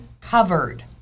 covered